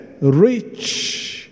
rich